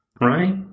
right